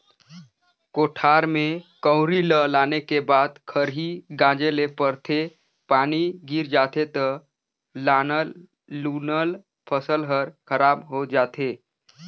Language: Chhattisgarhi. कोठार में कंवरी ल लाने के बाद खरही गांजे ले परथे, पानी गिर जाथे त लानल लुनल फसल हर खराब हो जाथे